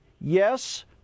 yes